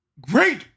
great